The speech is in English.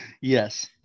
yes